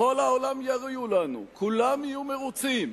בכל העולם יריעו לנו, כולם יהיו מרוצים.